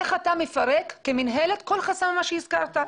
איך אתה מפרק כמינהלת כל חסם ממה שהזכרת.